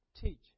teach